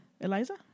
Eliza